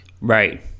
Right